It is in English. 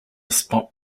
spot